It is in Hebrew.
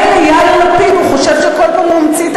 מילא יאיר לפיד שחושב שהוא כל פעם ממציא את